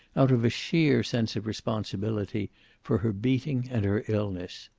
out of a sheer sense of responsibility for her beating and her illness.